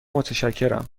متشکرم